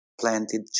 planted